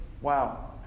wow